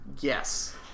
Yes